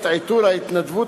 את עיטור ההתנדבות,